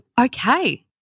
Okay